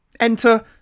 Enter